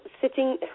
sitting